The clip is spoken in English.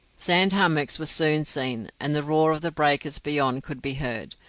sand hummocks were soon seen, and the roar of the breakers beyond could be heard.